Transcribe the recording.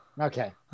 Okay